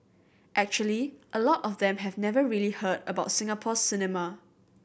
actually a lot of them have never really heard about Singapore cinema